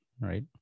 right